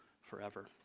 forever